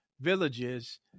villages